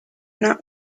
not